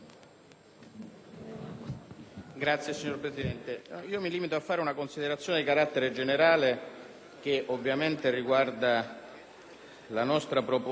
Signor Presidente, mi limito a fare una considerazione di carattere generale, che ovviamente riguarda la nostra proposta contenuta